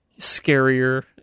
scarier